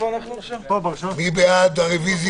מי בעד?